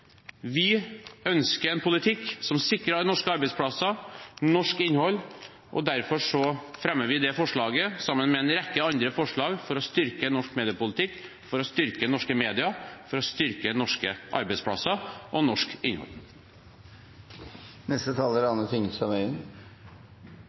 Vi ønsker en politikk som sikrer norske arbeidsplasser og norsk innhold, og derfor fremmer vi det forslaget, sammen med en rekke andre forslag, for å styrke norsk mediepolitikk, for å styrke norske medier, og for å styrke norske arbeidsplasser og norsk